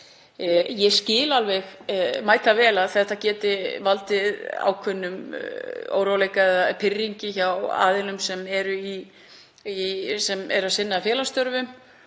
Ég skil mætavel að þetta geti valdið ákveðnum óróleika eða pirringi hjá aðilum sem sinna félagsstörfum.